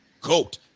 GOAT